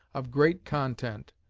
of great content.